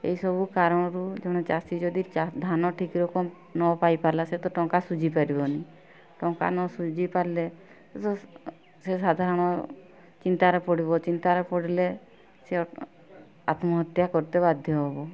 ଏହିସବୁ କାରଣରୁ ଜଣେ ଚାଷୀ ଯଦି ଧାନ ଠିକ ରକମ ନପାଇ ପାରିଲା ସେ ତ ଟଙ୍କା ଶୁଝି ପାରିବନି ଟଙ୍କା ନଶୁଝି ପାରିଲେ ସେ ସାଧାରଣ ଚିନ୍ତାରେ ପଡ଼ିବ ଚିନ୍ତାରେ ପଡ଼ିଲେ ସେ ଆତ୍ମହତ୍ୟା କରିଦେବାକୁ ବାଧ୍ୟ ହେବ